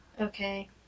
Okay